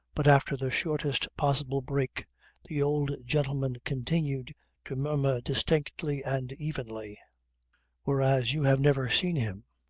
but after the shortest possible break the old gentleman continued to murmur distinctly and evenly whereas you have never seen him.